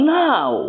now